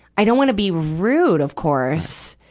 i don't wanna be rude of course,